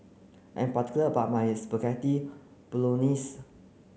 I'm particular about my Spaghetti Bolognese